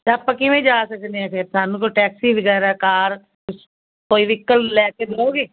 ਅਤੇ ਆਪਾਂ ਕਿਵੇਂ ਜਾ ਸਕਦੇ ਐਂ ਫਿਰ ਸਾਨੂੰ ਤੋਂ ਟੈਕਸੀ ਵਗੈਰਾ ਕਾਰ ਕੋਈ ਵਹੀਕਲ ਲੈ ਕੇ ਦਓਂਗੇ